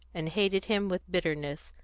and hated him with bitterness,